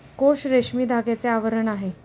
कोश रेशमी धाग्याचे आवरण आहे